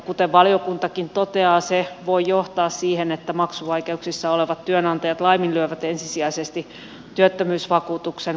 kuten valiokuntakin toteaa se voi johtaa siihen että maksuvaikeuksissa olevat työnantajat laiminlyövät ensisijaisesti työttömyysvakuutuksen maksamisen